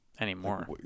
anymore